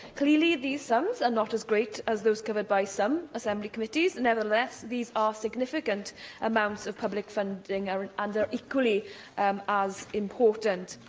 clearly, these sums are not as great as those covered by some assembly committees. nevertheless, these are significant amounts of public funding and are equally um as important.